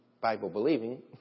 Bible-believing